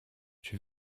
czy